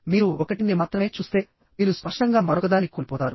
మీరు 1 ని మాత్రమే చూస్తే మీరు స్పష్టంగా మరొకదాన్ని కోల్పోతారు